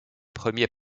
premiers